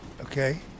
Okay